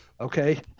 Okay